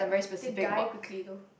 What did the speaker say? they die quickly though